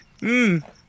Mmm